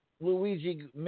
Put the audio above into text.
Luigi